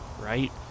right